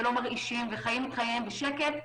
לא מרעישים וחיים את חייהם בשקט,